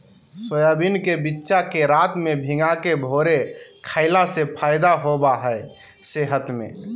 soybean के बिच्चा के रात में भिगाके भोरे खईला से फायदा होबा हइ सेहत में